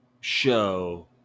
show